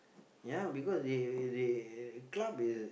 ya because they they club is